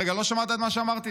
רגע, לא שמעת את מה שאמרתי?